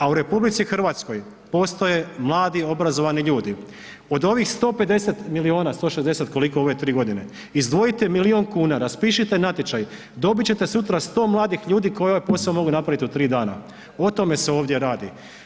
A u RH postoje mladi obrazovni ljudi, od ovih 150 milijuna 160 koliko u ove tri godine izdvojite milijun kuna, raspišite natječaj dobit ćete sutra 100 mladih ljudi koji ovaj posao mogu napraviti u tri dana o tome se ovdje radi.